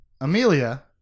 Amelia